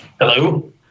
Hello